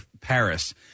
Paris